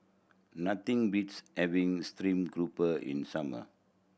nothing beats having stream grouper in summer